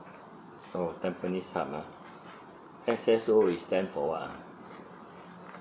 oh tampines hub ah S_S_O is stand for what ah